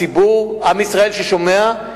עדות שמיעה.